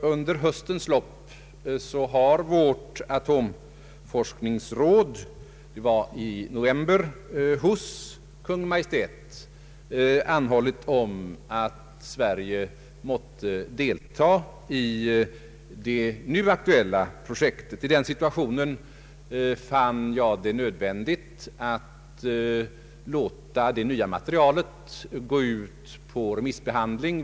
Under höstens lopp har vårt atomforskningsråd — det var i november — hos Kungl. Maj:t anhållit om att Sverige måtte delta i det nu aktuella projektet. I den situationen fann jag det nödvändigt att låta det nya materialet gå ut på remissbehandling.